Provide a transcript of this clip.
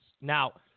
Now